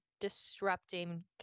disrupting